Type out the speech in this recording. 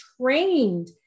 trained